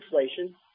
inflation